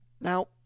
Now